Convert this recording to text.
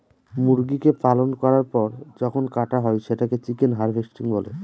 মুরগিকে পালন করার পর যখন কাটা হয় সেটাকে চিকেন হার্ভেস্টিং বলে